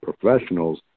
professionals